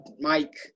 Mike